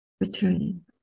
returning